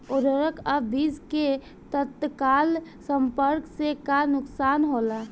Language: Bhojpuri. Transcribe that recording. उर्वरक अ बीज के तत्काल संपर्क से का नुकसान होला?